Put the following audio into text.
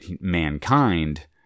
mankind